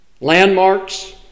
Landmarks